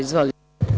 Izvolite.